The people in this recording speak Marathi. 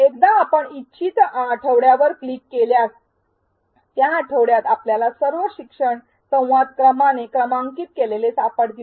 एकदा आपण इच्छित आठवड्यावर क्लिक केल्यास त्या आठवड्यात आपल्याला सर्व शिक्षण संवाद क्रमाने क्रमांकित केलेले सापडतील